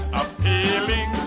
appealing